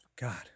God